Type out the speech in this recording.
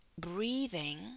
breathing